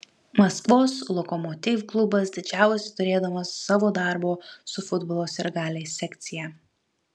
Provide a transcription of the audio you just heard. maskvos lokomotiv klubas didžiavosi turėdamas savo darbo su futbolo sirgaliais sekciją